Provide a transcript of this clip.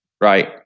right